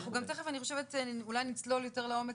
אנחנו גם תיכף אולי נצלול יותר לעומק,